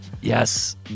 Yes